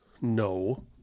no